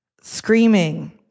screaming